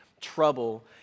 trouble